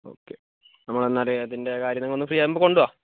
okay നമ്മൾ എന്തായാലും ഒന്ന് ഫ്രീയാകുമ്പോൾ കൊണ്ട് വാ